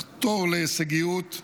לחתור להישגיות,